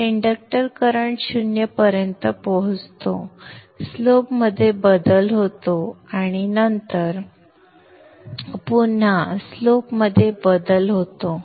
तर inductor current 0 पर्यंत पोहोचतो स्लोप मध्ये बदल होतो आणि नंतर पुन्हा स्लोप मध्ये बदल होतो